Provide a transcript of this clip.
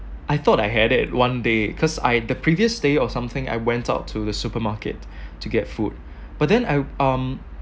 I thought I had it one day cause I the previous day or something I went out to the supermarket to get food but then I um